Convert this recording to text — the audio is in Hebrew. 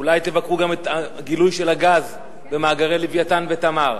אולי תבקרו גם את הגילוי של הגז במאגרי "לווייתן" ו"תמר"